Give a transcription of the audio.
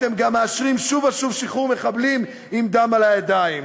אתם גם מאשרים שוב ושוב שחרור מחבלים עם דם על הידיים.